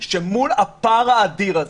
שמול הפער האדיר הזה,